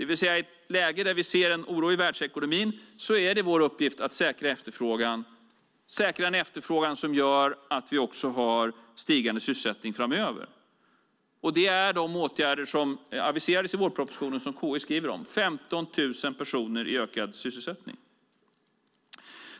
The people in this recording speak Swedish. I ett läge där vi ser en oro i världsekonomin är det alltså vår uppgift att säkra efterfrågan, att säkra en efterfrågan som gör att vi också har stigande sysselsättning framöver. Det är de åtgärder som aviserades i vårpropositionen som KI skriver om: 15 000 personer i ökad sysselsättning.